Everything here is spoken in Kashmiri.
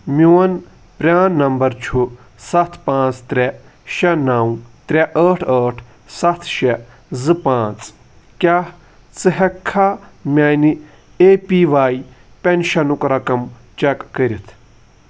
میون پران نمبر چھُ ستھ پانٛژھ ترٛےٚ شےٚ نو ترٛےٚ ٲٹھ ٲٹھ ستھ شےٚ زٕ پانٛژھ کیٛاہ ژٕ ہیٚکھا میانہِ اے پی واے پیٚنشنُک رقم چیک کٔرتھ؟